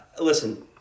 Listen